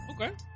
okay